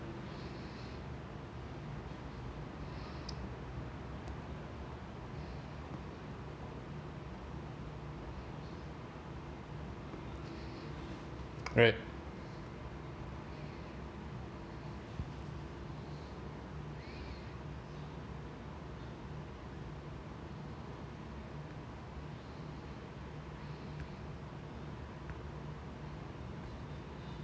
right